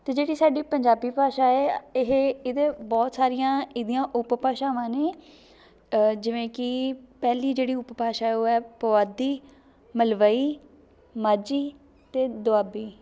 ਅਤੇ ਜਿਹੜੀ ਸਾਡੀ ਪੰਜਾਬੀ ਭਾਸ਼ਾ ਹੈ ਇਹ ਇਹਦੇ ਬਹੁਤ ਸਾਰੀਆਂ ਇਹਦੀਆਂ ਉੱਪ ਭਾਸ਼ਾਵਾਂ ਨੇ ਜਿਵੇਂ ਕਿ ਪਹਿਲੀ ਜਿਹੜੀ ਉਪ ਭਾਸ਼ਾ ਹੈ ਉਹ ਹੈ ਪੁਆਧੀ ਮਲਵਈ ਮਾਝੀ ਅਤੇ ਦੋਆਬੀ